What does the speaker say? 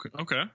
okay